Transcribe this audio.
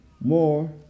more